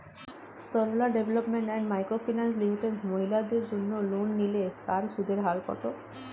Sarala development and micro finance limited মহিলাদের জন্য loan নিলে তার সুদের হার কত?